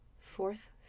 Fourth